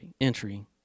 entry